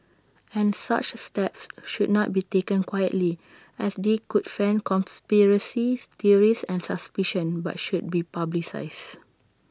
and such steps should not be taken quietly as they could fan conspiracies theories and suspicion but should be publicised